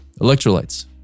Electrolytes